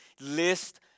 list